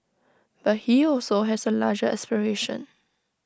but he also has A larger aspiration